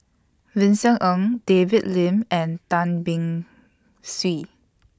Vincent Ng David Lim and Tan Beng Swee